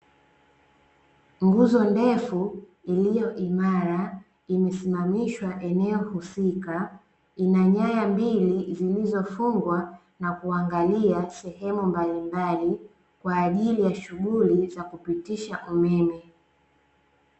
Nguzo ndefu iliyoimara imesimamishwa eneo husika, ina nyaya mbili zilizofungwa na kuangalia sehemu mbalimbali kwa ajili ya shughuli za kupitisha umeme.